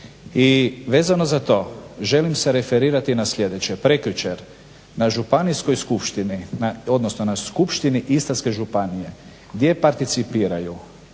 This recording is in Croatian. I vezano za to želim se referirati na sljedeće, prekjučer na županijskoj skupštini odnosno na Skupštini Istarske županije gdje participiraju